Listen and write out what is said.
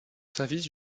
service